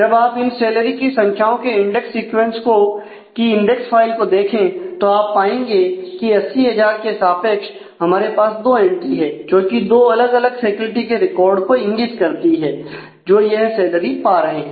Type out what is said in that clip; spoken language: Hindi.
जब आप इन सैलरी की संख्याओं के इंडेंक्स सीक्वेंस की इंडेक्स फाइल देखें तो आप पाएंगे की 80000 के सापेक्ष हमारे पास दो एंट्री हैं जोकि दो अलग अलग फैकल्टी के रिकॉर्ड को इंगित करती है जो यह सैलरी पा रहे हैं